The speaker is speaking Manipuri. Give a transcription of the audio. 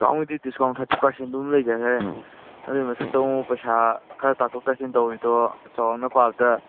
ꯗꯤꯁꯀꯥꯎꯟꯒꯤꯗꯤ ꯗꯤꯁꯀꯥꯎꯟ ꯊꯥꯔꯇꯤ ꯄꯥꯔꯁꯦꯟꯗꯨꯃ ꯂꯩꯖꯒ꯭ꯔꯦ ꯑꯗꯨꯒꯤ ꯃꯊꯛꯇ ꯑꯃꯨꯛ ꯄꯩꯁꯥ ꯈꯔ ꯇꯥꯊꯣꯛ ꯇꯥꯁꯤꯟ ꯇꯧꯔꯤꯗꯣ ꯆꯧꯔꯥꯛꯅ ꯄꯥꯕꯗ